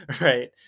right